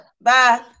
Bye